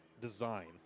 design